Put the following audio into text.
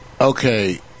okay